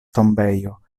tombejo